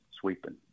sweeping